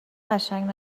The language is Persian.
قشنگ